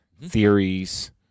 theories